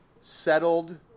settled